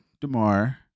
DeMar